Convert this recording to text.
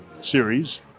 series